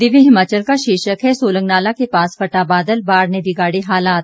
दिव्य हिमाचल का शीर्षक है सोलंगनाला के पास फटा बादल बाढ़ ने बिगाड़े हालात